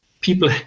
people